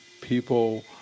people